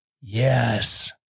Yes